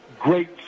great